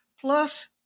Plus